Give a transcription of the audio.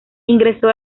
ingresó